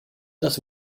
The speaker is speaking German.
das